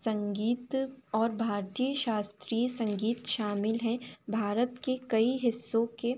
संगीत और भारतीय शास्त्रीय संगीत शामिल हैं भारत के कई हिस्सों के